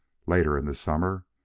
later in the summer,